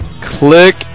click